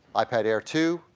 ipad air two,